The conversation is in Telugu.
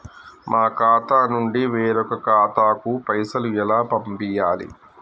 మా ఖాతా నుండి వేరొక ఖాతాకు పైసలు ఎలా పంపియ్యాలి?